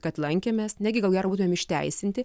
kad lankėmės negi ko gero būtume išteisinti